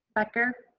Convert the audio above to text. becker?